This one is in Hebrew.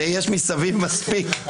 יש מסביב מספיק.